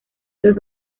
los